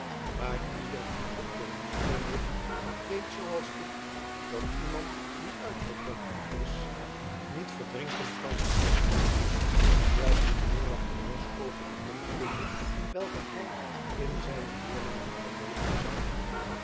maar ieder die op de rivier leeft weet zooals ik dat iemand die uitverdronken is niet verdrinken kan bradley glimlachte norsch over de onkunde welke hij in een zijner leerlingen verbeterd zou hebben